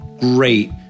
great